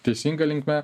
teisinga linkme